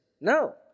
No